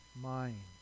mind